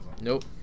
Nope